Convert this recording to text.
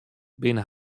binne